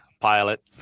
pilot